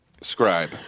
Scribe